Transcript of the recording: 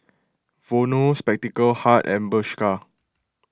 Vono Spectacle Hut and Bershka